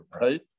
right